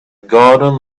garden